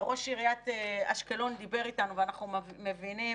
וראש עיריית אשקלון דיבר איתנו ואנחנו מבינים